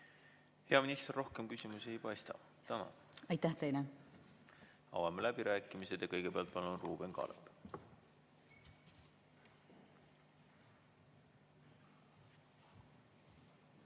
Hea minister, rohkem küsimusi ei paista. Tänan! Aitäh teile! Avame läbirääkimised. Kõigepealt palun, Ruuben Kaalep!